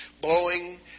blowing